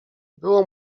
było